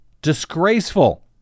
Disgraceful